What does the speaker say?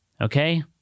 Okay